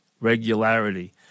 regularity